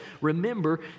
Remember